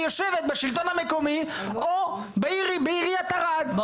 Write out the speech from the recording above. יושבת בשלטון המקומי או בעיריית ערד,